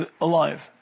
alive